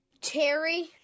terry